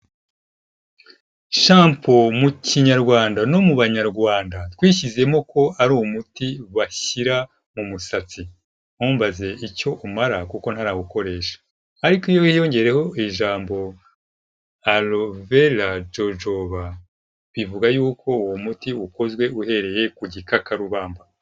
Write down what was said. Shapo mu kinyarwanda no mu banyarwanda twishyizemo ko ari umuti bashyira mu musatsi ntumbaze icyo umara kuko ntarawukoresha ariko iyo wi hiyongereho ijambo alovera jojoba bivuga y'uko uwo muti ukozwe uhereye ku gikakarubamba.